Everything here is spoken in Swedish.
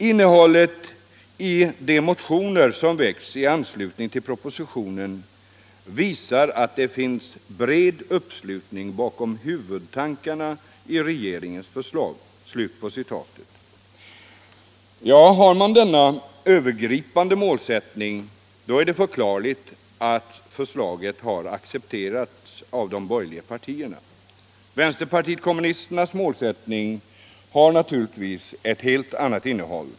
Innehållet i de motioner som väckts i anslutning till propositionen visar att det finns bred uppslutning bakom huvudtankarna i regeringens förslag.” Ja, har de borgerliga partierna denna övergripande målsättning är det förklarligt att förslaget har accepterats av dem. Vänsterpartiet kommunisternas målsättning har naturligtvis ett helt annat innehåll.